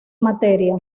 materia